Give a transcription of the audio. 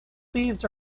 thieves